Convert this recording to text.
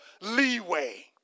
leeway